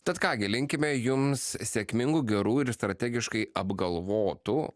tad ką gi linkime jums sėkmingų gerų ir strategiškai apgalvotų